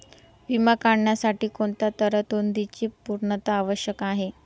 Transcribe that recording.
विमा काढण्यासाठी कोणत्या तरतूदींची पूर्णता आवश्यक आहे?